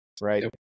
right